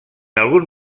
algun